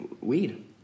weed